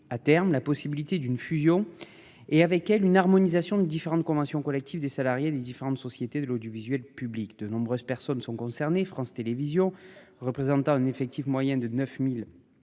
à terme la possibilité d'une fusion. Et avec elle une harmonisation des différentes conventions collectives des salariés des différentes sociétés de l'audiovisuel public. De nombreuses personnes sont concernées. France Télévisions représentant un effectif moyen de 9000